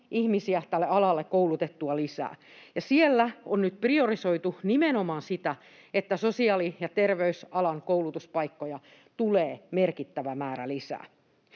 ihmisiä tälle alalle koulutettua lisää. Ja siellä on nyt priorisoitu nimenomaan sitä, että sosiaali- ja terveysalan koulutuspaikkoja tulee merkittävä määrä lisää.